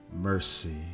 mercy